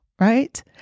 right